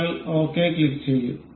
നിങ്ങൾ ഓകെ ക്ലിക്കുചെയ്യും